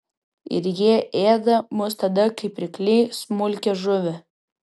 ir jie ėda mus tada kaip rykliai smulkią žuvį